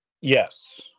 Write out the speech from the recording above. Yes